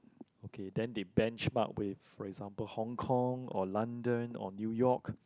okay then they bench mark with for example Hong Kong or London or New York